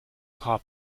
car